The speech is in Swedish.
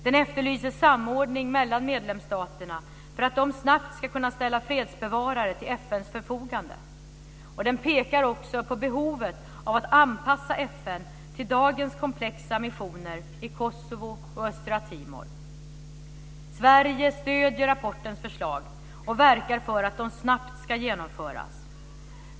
Den efterlyser samordning mellan medlemsstaterna för att de snabbt ska kunna ställa fredsbevarare till FN:s förfogande. Den pekar också på behovet av att anpassa FN till dagens komplexa missioner i Kosovo och Sverige stöder rapportens förslag och verkar för att de snabbt ska genomföras.